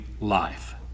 life